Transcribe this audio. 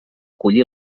collir